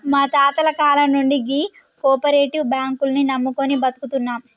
మా తాతల కాలం నుండి గీ కోపరేటివ్ బాంకుల్ని నమ్ముకొని బతుకుతున్నం